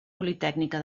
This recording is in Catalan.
politècnica